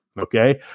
okay